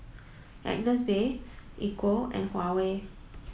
Agnes B Equal and Huawei